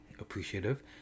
appreciative